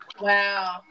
Wow